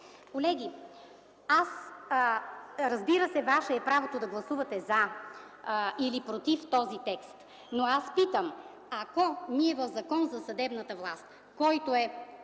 Колеги, разбира се, ваше е правото да гласувате „за” или „против” този текст, но аз питам: ако ние в Закона за съдебната власт, който е